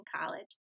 college